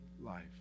life